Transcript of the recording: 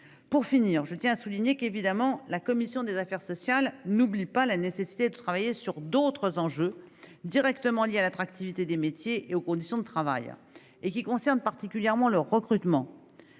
qualité. Je tiens à souligner pour conclure que la commission des affaires sociales n'oublie pas la nécessité de travailler sur d'autres enjeux directement liés à l'attractivité des métiers et aux conditions de travail, notamment le recrutement.